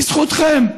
בזכותכם,